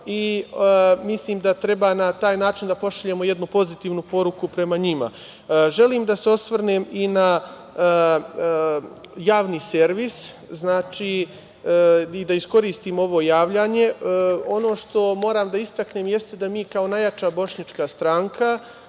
i mislim da treba na taj način da pošaljemo jednu pozitivnu poruku prema njima. Želim da se osvrnem na javni servis i da iskoristim ovo javljanje. Ono što moram da istaknem jeste da mi kao najjača bošnjačka stranka,